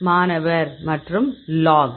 மாணவர் மற்றும் லாக்